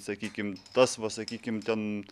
sakykim tas va sakykim ten